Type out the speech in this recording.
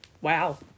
Wow